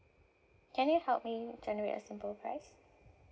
can you help me generate a simple price